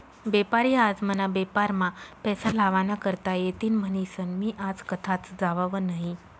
बेपारी आज मना बेपारमा पैसा लावा ना करता येतीन म्हनीसन मी आज कथाच जावाव नही